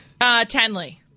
Tenley